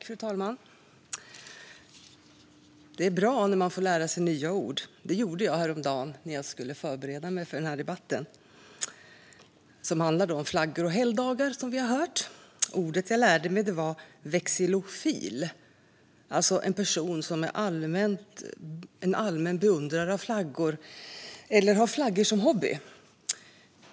Fru talman! Det är bra när man får lära sig nya ord. Det gjorde jag häromdagen när jag förberedde mig inför den här debatten om flaggor och helgdagar. Ordet jag lärde mig var vexillofil. Det är en person som är en allmän beundrare av flaggor eller har flaggor som hobby.